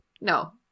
No